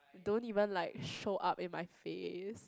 don't even like show up in my face